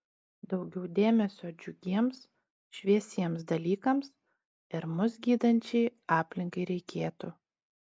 daugiau dėmesio džiugiems šviesiems dalykams ir mus gydančiai aplinkai reikėtų